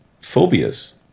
phobias